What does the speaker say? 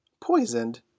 Poisoned